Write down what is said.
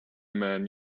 man